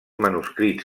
manuscrits